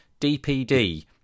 DPD